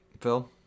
Phil